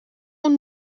اون